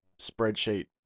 spreadsheet